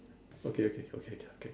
okay okay okay okay okay again